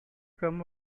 come